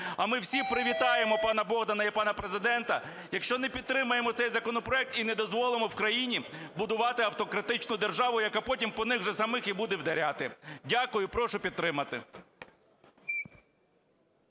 А ми всі привітаємо пана Богдана і пана Президента, якщо не підтримаємо цей законопроект і не дозволимо в країні будувати автократичну державу, яка потім по них же самих і буде вдаряти. Дякую. Прошу підтримати.